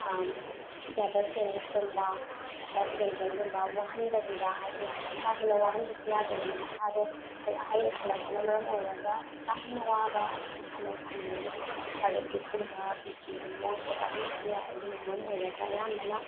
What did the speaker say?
table ꯇꯦꯅꯤꯁꯀꯨꯝꯕ ꯕꯦꯗꯃꯤꯟꯇꯟꯒꯨꯝꯕ ꯋꯥꯍꯟꯗꯕꯤꯗ ꯍꯥꯏꯗꯤ ꯀꯥ ꯍꯦꯟꯅ ꯋꯥꯍꯟꯕꯁꯨ ꯌꯥꯗꯦꯗꯅ ꯃꯁꯥꯗꯣ ꯍꯥꯏꯗꯤ ꯑꯍꯜ ꯑꯣꯏꯁꯤꯜꯂꯛꯄꯅ ꯃꯔꯝ ꯑꯣꯏꯔꯒ ꯀꯥ ꯍꯦꯟꯅ ꯋꯥꯕ ꯃꯁꯥꯟꯅ ꯁꯥꯟꯅꯔꯒꯗꯤ ꯍꯥꯔꯠ ꯑꯦꯇꯦꯀꯀꯨꯝꯕ ꯕꯤ ꯄꯤꯒꯨꯝꯕ ꯋꯥꯡꯈꯠꯂꯛꯄ ꯑꯗꯨꯃꯁꯨ ꯌꯥꯏ ꯑꯗꯨꯅ ꯃꯔꯝ ꯑꯣꯏꯔꯒ ꯑꯌꯥꯝꯕꯅ